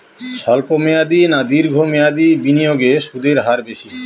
স্বল্প মেয়াদী না দীর্ঘ মেয়াদী বিনিয়োগে সুদের হার বেশী?